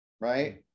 Right